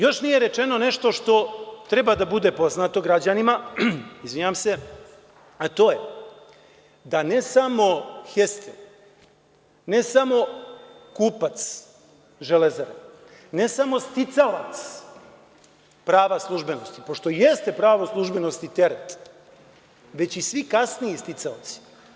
Još nije rečeno nešto što treba da bude poznato građanima, a to je, da ne samo „Hestil“, ne samo kupac „Železare“, ne samo sticalac prava slubženosti, pošto i jeste pravo službenosti teret, već i svi kasniji sticaoci.